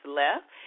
left